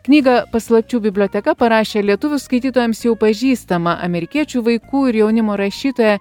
knygą paslapčių biblioteka parašė lietuvių skaitytojams jau pažįstama amerikiečių vaikų ir jaunimo rašytoja